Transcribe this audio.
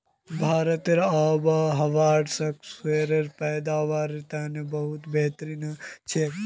भारतेर आबोहवा स्क्वैशेर पैदावारेर तने बहुत बेहतरीन छेक